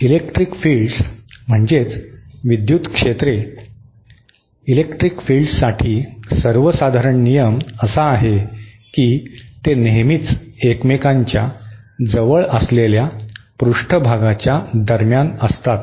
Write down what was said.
electric fields म्हणजे विद्युत क्षेत्रे इलेक्ट्रिक फील्ड्ससाठी सर्वसाधारण नियम असा आहे की ते नेहमीच एकमेकांच्या जवळ असलेल्या पृष्ठभागाच्या दरम्यान असतात